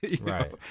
right